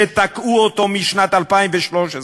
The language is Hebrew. שתקעו אותו משנת 2013,